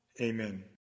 amen